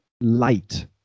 light